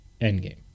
Endgame